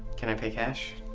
can i pay cash?